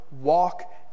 Walk